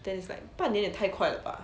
then it's like 半年也太快了 bah